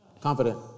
confident